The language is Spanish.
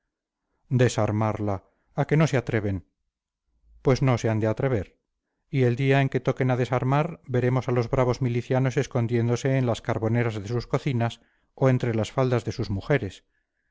desarmarla a que no se atreven pues no se han de atrever y el día en que toquen a desarmar veremos a los bravos milicianos escondiéndose en las carboneras de sus cocinas o entre las faldas de sus mujeres